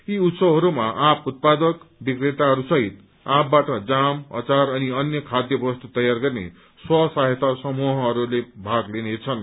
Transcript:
यी उत्सवहरूमा आँप उत्पादक विक्रेताहरूसहित आँपबाट जाम अचार अनि अन्य खाध्य वस्तु तयार गर्ने स्व सहायता समूहहरूले भाग लिनेछन्